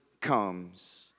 comes